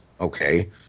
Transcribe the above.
Okay